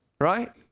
Right